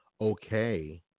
okay